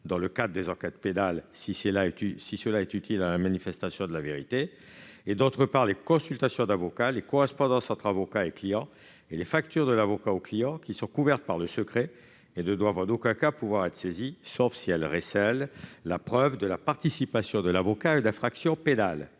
dans le cadre des enquêtes pénales si cela est utile à la manifestation de la vérité, et, d'autre part, les consultations d'avocat, les correspondances entre avocat et client, ainsi que les factures adressées par l'avocat au client, qui sont couvertes par le secret et ne doivent en aucun cas pouvoir être saisies, sauf si elles recèlent la preuve de la participation de l'avocat à une infraction pénale.